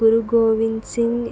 Guru Gobind Singh